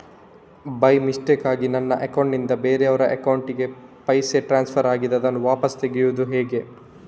By ಮಿಸ್ಟೇಕಾಗಿ ನನ್ನ account ನಿಂದ ಬೇರೆಯವರ ಅಕೌಂಟ್ ಗೆ ಪೈಸೆ ಟ್ರಾನ್ಸ್ಫರ್ ಆಗಿದೆ ಅದನ್ನು ವಾಪಸ್ ತೆಗೆಯೂದು ಹೇಗೆ?